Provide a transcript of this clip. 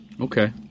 Okay